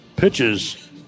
pitches